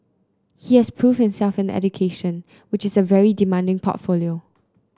he has proved himself in education which is a very demanding portfolio